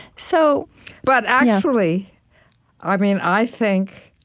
so but actually i mean i think